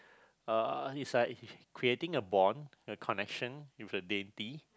uh it's like creating a bond a connection with a deity